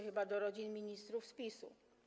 Chyba do rodzin ministrów z PiS-u.